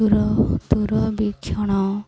ଦୂର ଦୂରବୀକ୍ଷଣ